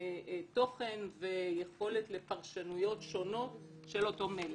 תוכן ויכולת לפרשנויות שונות של אותו מלל?